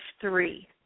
three